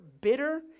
bitter